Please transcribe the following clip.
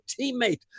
teammate